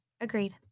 Agreed